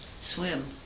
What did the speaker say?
swim